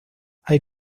hay